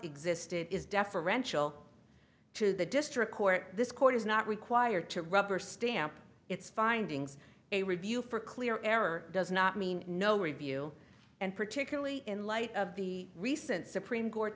existed is deferential to the district court this court is not required to rubber stamp its findings a review for clear error does not mean no review and particularly in light of the recent supreme court